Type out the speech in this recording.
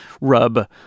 rub